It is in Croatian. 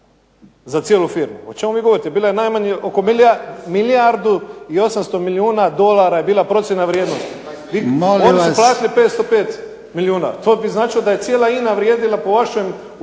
za cijelu firmu. O čemu vi govorite? Bila je najmanje oko milijardi 800 milijuna dolara je bila procjena vrijednosti. Oni su platili 505 milijuna. To bi značilo da je cijela INA vrijedila po vašem u